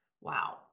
wow